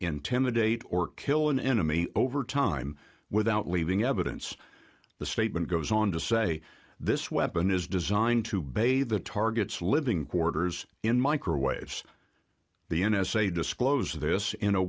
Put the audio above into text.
intimidate or kill an enemy over time without leaving evidence the statement goes on to say this weapon is designed to bay the targets living quarters in microwaves the n s a disclose this in a